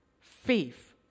Faith